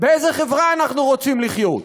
באיזו חברה אנחנו רוצים לחיות.